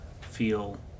feel